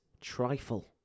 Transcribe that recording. trifle